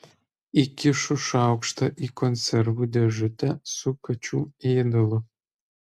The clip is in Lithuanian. įkišu šaukštą į konservų dėžutę su kačių ėdalu